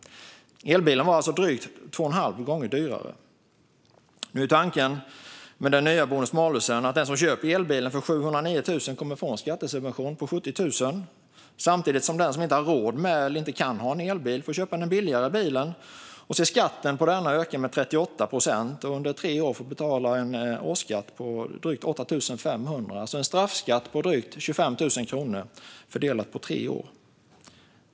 Elbilen var alltså drygt två och en halv gånger dyrare. Tanken med det nya bonus-malus-systemet är att den som köper elbilen för 709 000 kronor kommer att få en skattesubvention på 70 000 kronor samtidigt som den som inte har råd med en elbil eller inte kan ha en elbil får köpa den billigare bilen och se skatten på denna öka med 38 procent och under tre år få betala en årsskatt på drygt 8 500 kronor. Det är alltså en straffskatt på drygt 25 000 kronor, fördelat på tre år.